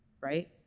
Right